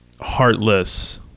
heartless